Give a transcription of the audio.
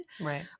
right